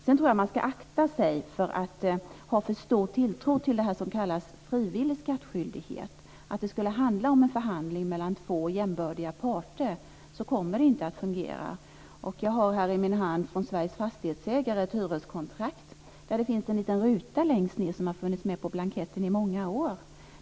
Sedan tror jag att man ska akta sig för att ha för stor tilltro till det som kallas frivillig skattskyldighet och till att det skulle handla om en förhandling mellan två jämbördiga parter. Så kommer det inte att fungera. Jag har i min hand ett hyreskontrakt från Sveriges fastighetsägare, där det finns en liten ruta längst ned som har funnits med på blanketten i många år.